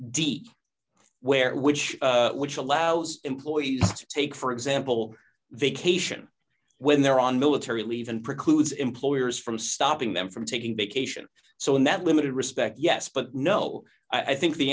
d where which which allows employees to take for example vacation when they're on military leave and precludes employers from stopping them from taking vacation so in that limited respect yes but no i think the